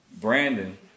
Brandon